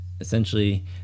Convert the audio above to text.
Essentially